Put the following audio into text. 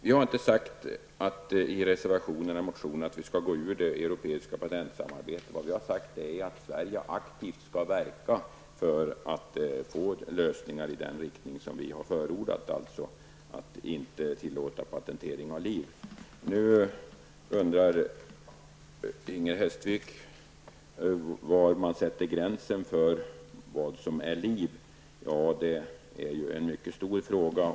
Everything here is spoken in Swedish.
Vi har inte sagt i vare sig någon reservation eller motion att Sverige skall lämna det europeiska patentsamarbetet. Vad vi har sagt är i stället att Sverige aktivt skall verka för lösningar i den riktning som vi har förordat. Det gäller alltså att inte tillåta patentering av liv. Inger Hestvik undrar var gränsen för vad som är liv skall sättas. Ja, det är en mycket stor fråga.